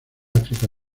áfrica